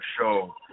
show